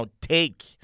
take